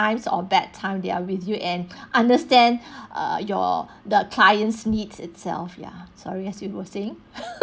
times or bad times they are with you and understand uh your the clients' needs itself ya sorry as you were saying